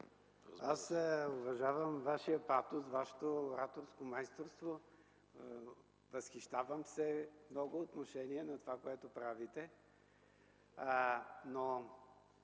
аз уважавам Вашия патос, Вашето ораторско майсторство. Възхищавам се в много отношения на това, което правите, но